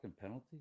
penalty